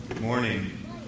morning